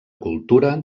cultura